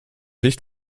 nicht